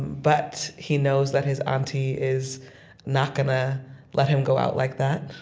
but he knows that his auntie is not gonna let him go out like that.